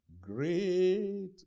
Great